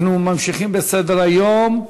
אנחנו ממשיכים בסדר-היום.